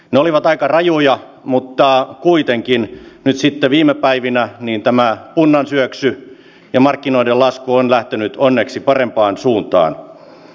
ne olivat aika rajuja mutta kuitenkin nyt sitten viime päivinä tämä punnan syöksy ja markkinoiden lasku on lähtenyt onneksi parempaan suuntaan